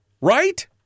Right